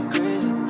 Crazy